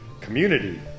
Community